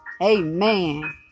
amen